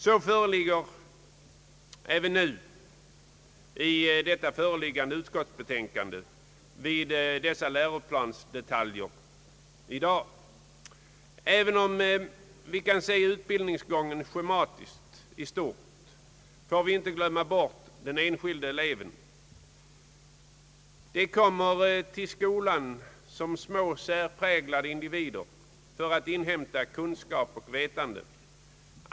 Så är fallet även i dag vid behandlingen av föreliggande utskottsbetänkande när det gäller enstaka läroplansdetaljer. Även om vi kan se utbildningsgången schematiskt i stort, bör vi inte glömma bort den enskilde eleven. Eleverna kommer till skolan som små särpräglade individer för att inhämta kunskap och vetande.